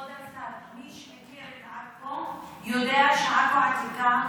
כבוד השר, מי שהכיר את עכו יודע שעכו העתיקה,